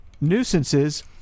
Nuisances